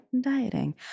Dieting